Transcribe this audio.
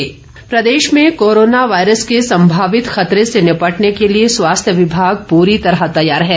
corona virus प्रदेश में corona virus के संभावित खतरे से निपटने के लिए स्वास्थ्य विभाग पूरी तरह तैयार है